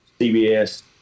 CBS